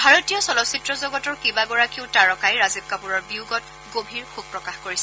ভাৰতীয় চলচ্চিত্ৰ জগতৰ কেইবাগৰাকীও তাৰকাই ৰাজীৱ কাপুৰৰ বিয়োগত গভীৰ শোক প্ৰকাশ কৰিছে